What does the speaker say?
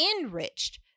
enriched